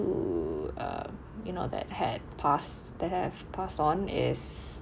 um you know that had passed that have passed on is